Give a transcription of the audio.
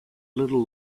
little